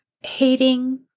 hating